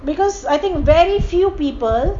because I think very few people